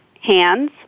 hands